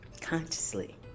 consciously